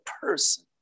person